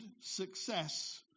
success